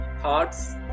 thoughts